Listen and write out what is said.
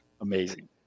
amazing